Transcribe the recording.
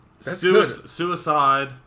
suicide